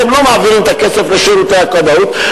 הן לא מעבירות את הכסף לשירותי הכבאות.